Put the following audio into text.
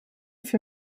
für